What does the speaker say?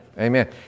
Amen